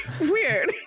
Weird